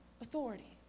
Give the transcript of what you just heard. Authority